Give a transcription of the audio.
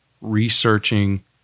researching